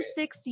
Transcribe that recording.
six